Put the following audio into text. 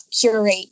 curate